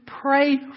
pray